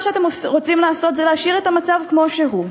מה שאתם רוצים לעשות זה להשאיר את המצב כמו שהוא.